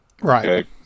Right